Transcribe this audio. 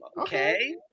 Okay